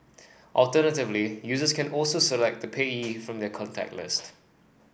alternatively users can also select a payee from their contact list